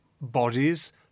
bodies